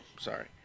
Sorry